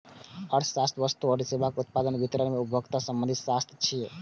अर्थशास्त्र वस्तु आ सेवाक उत्पादन, वितरण आ उपभोग सं संबंधित शास्त्र छियै